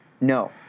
No